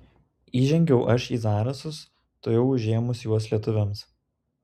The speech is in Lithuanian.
įžengiau aš į zarasus tuojau užėmus juos lietuviams